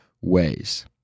ways